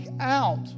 out